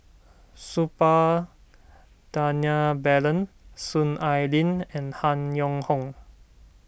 Suppiah Dhanabalan Soon Ai Ling and Han Yong Hong